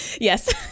Yes